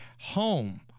home